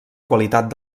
qualitat